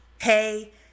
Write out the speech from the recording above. hey